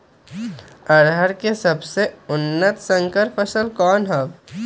अरहर के सबसे उन्नत संकर फसल कौन हव?